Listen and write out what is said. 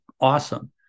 awesome